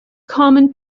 common